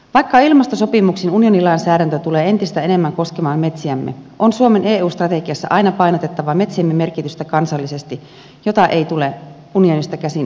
vaikka ilmastosopimuksissa unionilainsäädäntö tulee entistä enemmän koskemaan metsiämme on suomen eu strategiassa aina painotettava metsiemme merkitystä kansallisesti mitä ei tule unionista käsin liikaa ohjata